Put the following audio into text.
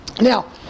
Now